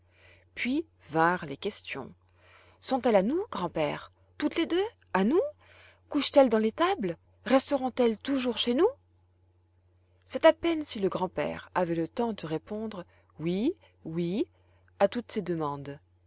puis vinrent les questions sont-elles à nous grand-père toutes les deux à nous couchent elles dans l'étable resteront elles toujours chez nous c'est à peine si le grand-père avait le temps de répondre oui oui à toutes ces demandes